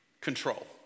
Control